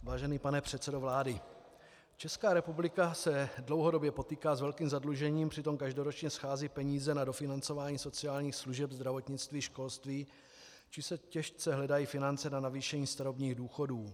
Vážený pane předsedo vlády, Česká republika se dlouhodobě potýká s velkým zadlužením, přitom každoročně scházejí peníze na dofinancování sociálních služeb, zdravotnictví, školství či se těžce hledají peníze na zvýšení starobních důchodů.